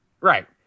right